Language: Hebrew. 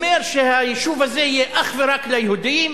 אומר שהיישוב הזה יהיה אך ורק ליהודים,